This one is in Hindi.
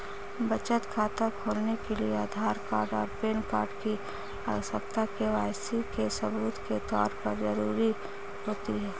बचत खाता खोलने के लिए आधार कार्ड और पैन कार्ड की आवश्यकता के.वाई.सी के सबूत के तौर पर ज़रूरी होती है